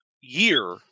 year